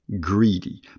greedy